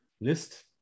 list